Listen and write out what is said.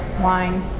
wine